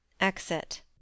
exit